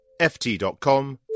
ft.com